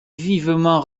vivement